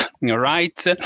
right